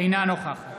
אינה נוכחת